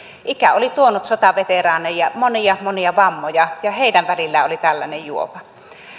ikä oli tuonut sotaveteraaneille monia monia vammoja ja heidän välillään oli tällainen juopa